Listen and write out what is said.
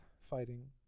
fighting